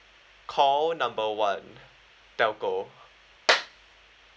call number one telco